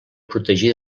protegir